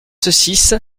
six